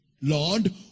Lord